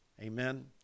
Amen